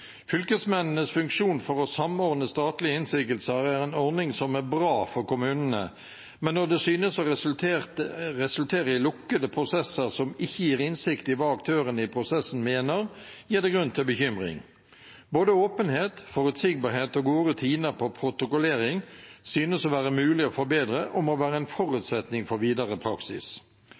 Fylkesmennenes funksjon for å samordne statlige innsigelser er en ordning som er bra for kommunene, men når det synes å resultere i lukkede prosesser som ikke gir innsikt i hva aktørene i prosessen mener, gir det grunn til bekymring. Både åpenhet, forutsigbarhet og gode rutiner på protokollering synes å være mulig å forbedre og må være en forutsetning for videre praksis.